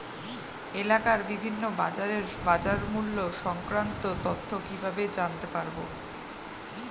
এলাকার বিভিন্ন বাজারের বাজারমূল্য সংক্রান্ত তথ্য কিভাবে জানতে পারব?